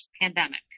pandemic